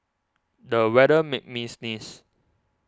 the weather made me sneeze